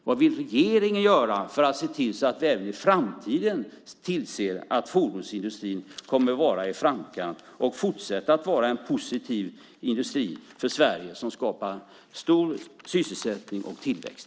Vad vill regeringen göra för att se till att fordonsindustrin även i framtiden är i framkant och fortsätter att vara en positiv industri för Sverige som skapar hög sysselsättning och tillväxt?